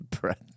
breath